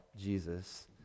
Jesus